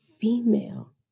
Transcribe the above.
female